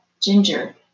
ginger